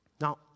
Now